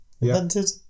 invented